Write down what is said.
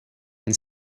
and